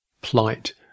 plight